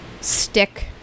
stick